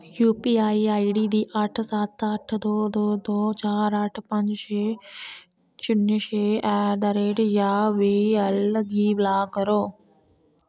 U P I I D अट्ठ सत्त अट्ट दो दो दो चार अट्ठ पंज छे शून्य छे ऐट दा रेट या बी ऐल गी ब्लाक करो